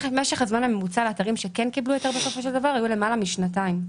משך הזמן הממוצע לאתרים שכן קיבלו היתר בסופו של דבר היה למעלה משנתיים,